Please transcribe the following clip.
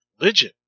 religion